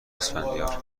اسفندیار